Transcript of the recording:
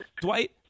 Dwight